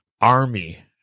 army